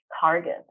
target